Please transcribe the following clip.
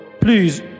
please